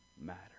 matter